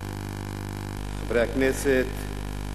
חברי הכנסת,